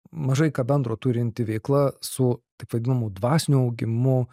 mažai ką bendro turinti veikla su taip vadinamu dvasiniu augimu